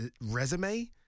resume